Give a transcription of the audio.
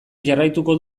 jarraituko